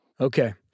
Okay